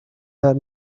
that